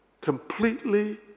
completely